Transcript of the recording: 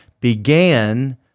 began